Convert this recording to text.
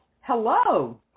hello